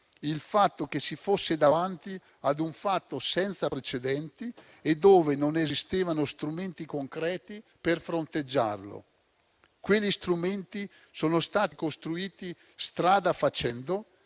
il fatto che si fosse davanti ad un evento senza precedenti e che non esistevano strumenti concreti per fronteggiarlo. Quegli strumenti sono stati costruiti strada facendo